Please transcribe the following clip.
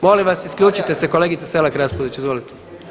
Molim vas, isključite se, kolegice Selak Raspudić, izvolite.